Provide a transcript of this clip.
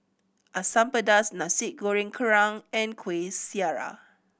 Asam Pedas Nasi Goreng Kerang and Kuih Syara